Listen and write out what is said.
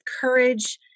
courage